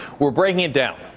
we're bringing it down.